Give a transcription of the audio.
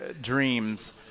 dreams